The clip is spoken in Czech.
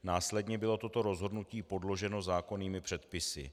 Následně bylo toto rozhodnutí podloženo zákonnými předpisy.